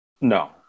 No